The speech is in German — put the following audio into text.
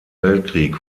weltkrieg